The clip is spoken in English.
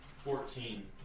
Fourteen